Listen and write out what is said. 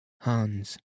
Hans